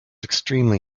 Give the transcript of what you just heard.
extremely